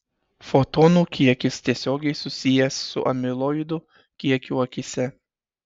fotonų kiekis tiesiogiai susijęs su amiloidų kiekiu akyse